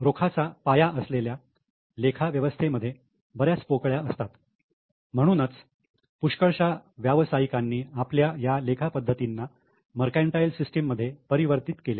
रोखीचा पाया असलेल्या लेखा व्यवस्थे मध्ये बऱ्याच पोकळ्या असतात म्हणूनच पुष्कळशा व्यावसायिकांनी आपल्या या लेखा पद्धतींना मर्कंटाईल सिस्टीम मध्ये परिवर्तित केले